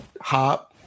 hop